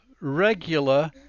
regular